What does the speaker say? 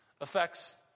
affects